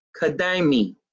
Kadami